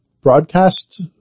broadcast